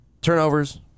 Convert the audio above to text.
Turnovers